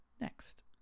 next